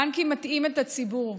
הבנקים מטעים את הציבור,